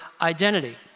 identity